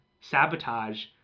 sabotage